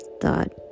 thought